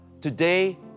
Today